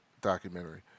documentary